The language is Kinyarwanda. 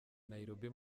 nairobi